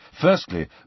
Firstly